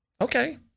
Okay